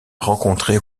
rencontrée